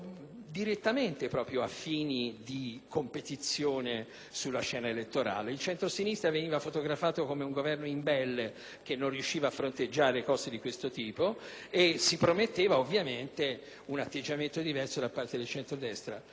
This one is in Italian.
via - proprio a fini di competizione sulla scena elettorale. Il centrosinistra veniva fotografato come un Governo imbelle, che non riusciva a fronteggiare simili situazioni e si prometteva ovviamente un atteggiamento diverso da parte del centrodestra.